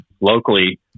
locally